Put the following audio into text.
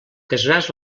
casaràs